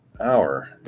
hour